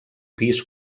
pis